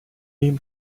him